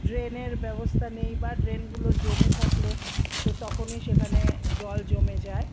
ড্রেনের ব্যবস্থা নেই বা ড্রেনগুলো জমে থাকলে তো তখনই সেখানে জল জমে যায়